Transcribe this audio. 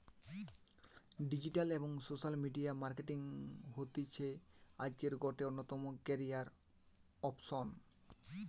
digital এবং social media marketing হতিছে আজকের গটে অন্যতম ক্যারিয়ার অপসন